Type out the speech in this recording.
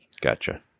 gotcha